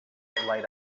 lit